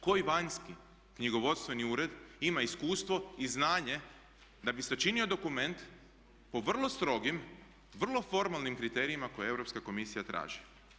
Koji vanjski knjigovodstveni ured ima iskustvo i znanje da bi sačinio dokument po vrlo strogim, vrlo formalnim kriterijima koje Europska komisija traži.